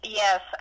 yes